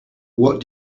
what